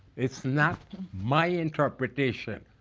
it's not my interpretation.